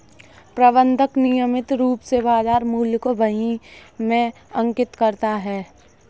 प्रबंधक नियमित रूप से बाज़ार मूल्य को बही में अंकित करता है